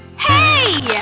hey! yeah